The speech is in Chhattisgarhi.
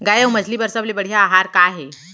गाय अऊ मछली बर सबले बढ़िया आहार का हे?